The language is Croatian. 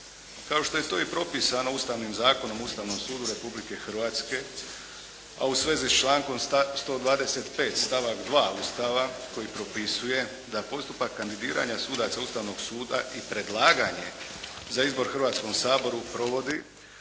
kao što je to i propisano Ustavnim zakonom o Ustavnom sudu Republike Hrvatske, a u svezi s člankom 125. stavak 2. Ustava koji propisuje da postupak kandidiranja sudaca Ustavnog suda i predlaganje za izbor Hrvatskom saboru provodi